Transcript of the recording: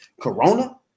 Corona